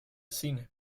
cine